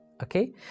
okay